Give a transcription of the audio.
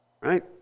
right